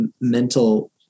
mental